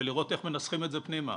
ולראות איך מנסחים את זה פנימה,